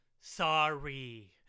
sorry